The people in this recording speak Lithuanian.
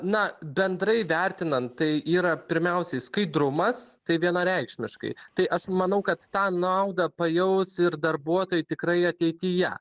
na bendrai vertinant tai yra pirmiausiai skaidrumas tai vienareikšmiškai tai aš manau kad tą naudą pajaus ir darbuotojai tikrai ateityje